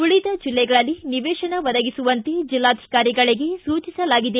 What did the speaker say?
ಉಳಿದ ಜಿಲ್ಲೆಗಳಲ್ಲಿ ನಿವೇಶನ ಒದಗಿಸುವಂತೆ ಜಿಲ್ಲಾಧಿಕಾರಿಗಳಿಗೆ ಸೂಚಿಸಲಾಗಿದೆ